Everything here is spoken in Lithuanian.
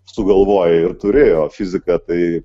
sugalvoji ir turi o fizika tai